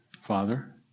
Father